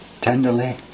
tenderly